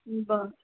बरं